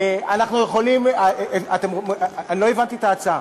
לא הבנתי את ההצעה.